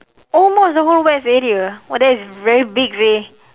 almost the whole west area ah what the hell that's very big seh